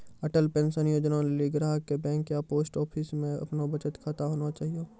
Atal pension योजना लेली ग्राहक के बैंक या पोस्ट आफिसमे अपनो बचत खाता होना चाहियो